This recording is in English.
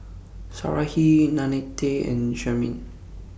Sarahi Nannette and Carmine